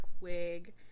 wig